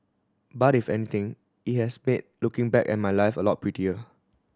but if anything it has made looking back at my life a lot prettier